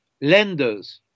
lenders